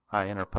i interposed,